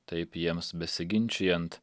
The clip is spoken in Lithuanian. taip jiems besiginčijant